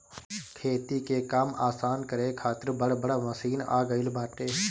खेती के काम आसान करे खातिर बड़ बड़ मशीन आ गईल बाटे